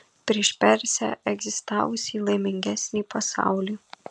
prieš persę egzistavusį laimingesnį pasaulį